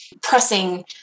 pressing